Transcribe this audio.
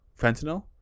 fentanyl